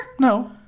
No